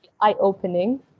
eye-opening